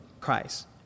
Christ